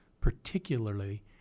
particularly